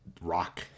rock